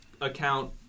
account